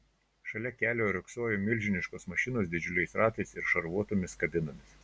šalia kelio riogsojo milžiniškos mašinos didžiuliais ratais ir šarvuotomis kabinomis